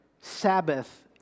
sabbath